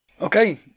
Okay